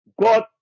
God